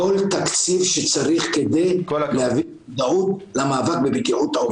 כל תקציב שצריך כדי להביא למודעות למאבק לבטיחות העובדים בענף הבנייה.